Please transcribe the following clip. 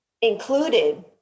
included